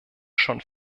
schon